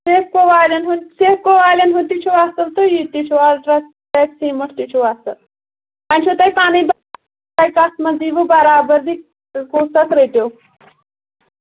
سیفکو والٮ۪ن ہُنٛد سیفکو والٮ۪ن ہُنٛد تہِ چھُ اَصٕل تہٕ یہِ تہِ چھُ اَلٹرٛا سیٖمٹ تہِ چھُ اَصٕل وۄنۍ چھُو تۄہہِ پَنٕنۍ تۄہہِ کَتھ منٛز ییٖوٕ برابردی تہٕ کُس اَکھ رٔٹِو